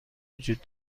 وجود